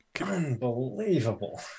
unbelievable